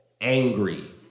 angry